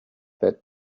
that